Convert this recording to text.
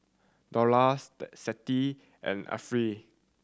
Dollah Siti and Arifa